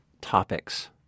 topics